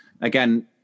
again